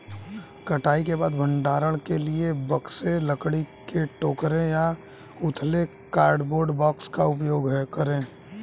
कटाई के बाद भंडारण के लिए बक्से, लकड़ी के टोकरे या उथले कार्डबोर्ड बॉक्स का उपयोग करे